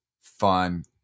fun